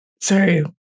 Sorry